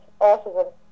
Autism